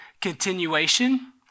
continuation